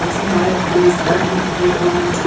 um you know i know for me gardening is a big one,